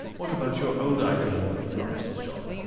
what about your old idea of a florist's shop?